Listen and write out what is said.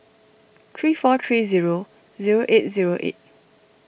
three four three zero zero eight zero eight